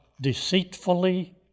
deceitfully